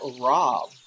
Rob